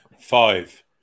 five